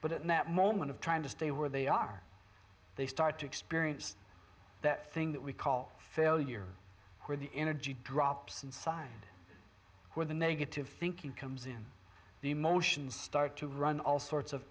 but at that moment of trying to stay where they are they start to experience that thing that we call failure where the energy drops inside where the negative thinking comes in the emotions start to run all sorts of